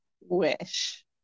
wish